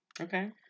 Okay